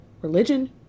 religion